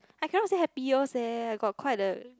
I cannot say happiest eh I got quite a